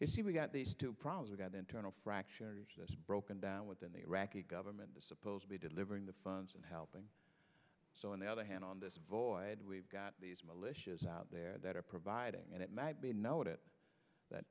you've got these two problems we've got internal fracture broken down within the iraqi government is supposed to be delivering the funds and helping so on the other hand on this void we've got these militias out there that are providing and it may be noted that